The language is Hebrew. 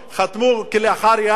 חתמו כלאחר יד?